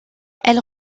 elle